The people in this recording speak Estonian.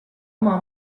oma